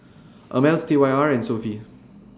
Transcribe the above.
Ameltz T Y R and Sofy